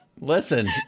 Listen